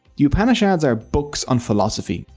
the upanishads are books on philosophy.